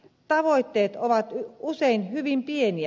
tavoitteet ovat usein hyvin pieniä